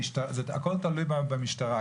הכול תלוי במשטרה.